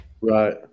Right